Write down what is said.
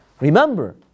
remember